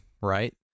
right